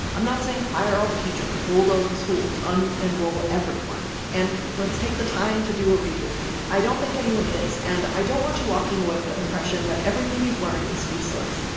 i'm not saying fire all the teachers, bulldoze the schools, enroll everyone and let's take the time to do a redo. i don't think anyone is and i don't want you walking away with the impression that everything you've learned is useless.